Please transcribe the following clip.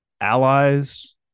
allies